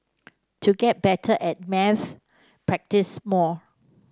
to get better at maths practise more